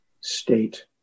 state